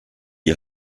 die